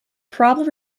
problem